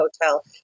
hotel